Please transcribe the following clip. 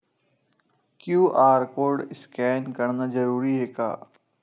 QR code scan करना जरूरी हे का?